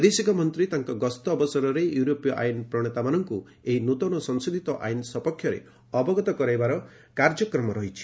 ବୈଦେଶିକ ମନ୍ତ୍ରୀ ତାଙ୍କ ଗସ୍ତ ଅବସରରେ ୟୁରୋପୀୟ ଆଇନ୍ ପ୍ରଶେତାମାନଙ୍କୁ ଏହି ନୂତନ ସଂଶୋଧିତ ଆଇନ୍ ସପକ୍ଷରେ ଅବଗତ କରାଇବାର କାର୍ଯ୍ୟକ୍ରମ ରହିଛି